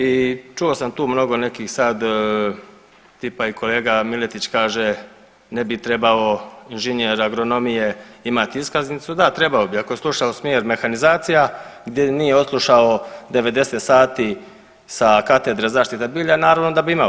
I čuo sam tu mnogo nekih sad tipa i kolega Miletić kaže ne bi trebao inženjer agronomije imati iskaznicu, da trebao bi, ako je slušao smjer mehanizacija gdje nije odslušao 90 sati sa katedre zaštita bilja naravno da bi imao.